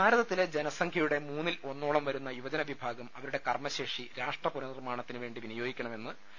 ഭാരതത്തിലെ ജനസംഖൃയുടെ മൂന്നിൽ ഒന്നോളം വരുന്ന യുവജന വിഭാഗം അവരുടെ കർമശേഷി രാഷ്ട്ര പുനർ നിർമാണത്തിനു വേണ്ടി വിനിയോഗിക്കുണ്മെന്ന് അഡ്വ